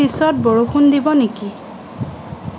পিছত বৰষুণ দিব নেকি